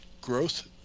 growth